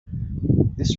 this